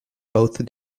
both